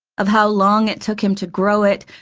of how long it took him to grow it,